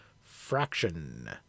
Fraction